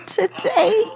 today